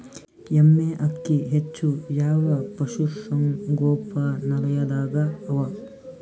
ಎಮ್ಮೆ ಅಕ್ಕಿ ಹೆಚ್ಚು ಯಾವ ಪಶುಸಂಗೋಪನಾಲಯದಾಗ ಅವಾ?